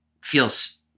feels